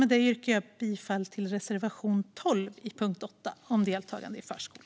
Med det yrkar jag bifall till reservation 12 under punkt 8 om deltagande i förskolan.